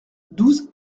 douze